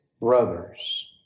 brothers